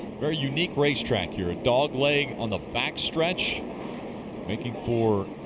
very unique racetrack here. dogleg on the back stretch making for